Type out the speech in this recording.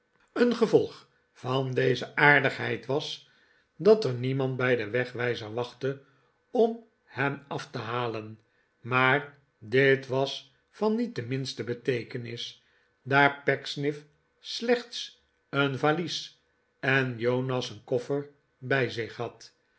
een gevolg van deze aardigheid was dat er niemand bij den wegwijzer wachtte om hen af te halen maar dit was van niet de minste beteekenis daar pecksniff slechts een varies en jonas een koffer bij zich had